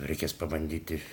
reikės pabandyti